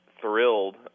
thrilled